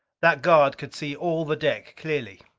that guard could see all the deck clearly.